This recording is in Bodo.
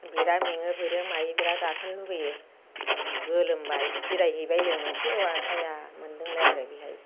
बिराद मेङो बिराद मायो गाखोनो लुबैयो गोलोमबाय जिरायहैबाय जों मोनसे औवा साया मोनदोंलाय आरो बेहाय